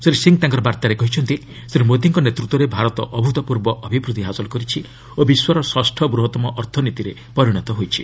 ଶ୍ରୀ ସିଂ ତାଙ୍କ ବାର୍ତ୍ତାରେ କହିଛନ୍ତି ଶ୍ରୀ ମୋଦିଙ୍କ ନେତୃତ୍ୱରେ ଭାରତ ଅଭୂତ ପୂର୍ବ ଅଭିବୃଦ୍ଧି ହାସଲ କରିଛି ଓ ବିଶ୍ୱର ଷଷ୍ଠ ବୃହତ୍ତମ ଅର୍ଥନୀତିରେ ପରିଣତ ହୋଇଛି